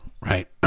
right